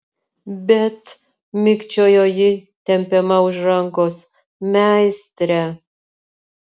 bet mikčiojo ji tempiama už rankos meistre